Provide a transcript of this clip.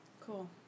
Cool